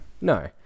No